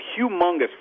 humongous